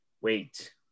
wait